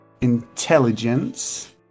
Intelligence